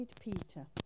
Peter